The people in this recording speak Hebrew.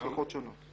הלכות שונות.